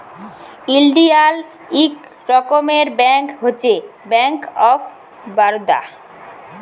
ইলডিয়াল ইক রকমের ব্যাংক হছে ব্যাংক অফ বারদা